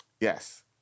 Yes